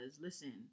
listen